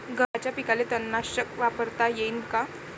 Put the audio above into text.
गव्हाच्या पिकाले तननाशक वापरता येईन का?